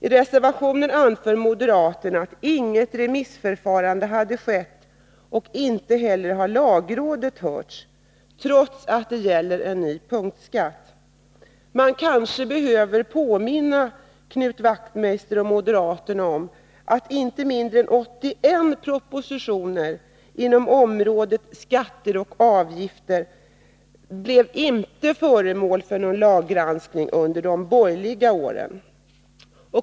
I reservationen anför moderaterna: ”Inget remissförfarande hade skett och inte heller hade lagrådet hörts, trots att det gällde en ny punktskatt.” Man kanske behöver påminna Knut Wachtmeister och moderaterna om att inte mindre än 81 propositioner inom området Skatter och avgifter inte blev föremål för någon lagrådsgranskning under de borgerliga åren.